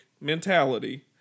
mentality